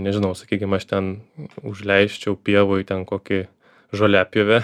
nežinau sakykim aš ten užleisčiau pievoj ten kokį žoliapjovę